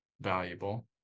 valuable